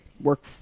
work